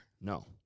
No